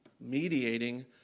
mediating